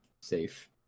safe